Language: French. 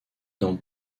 dans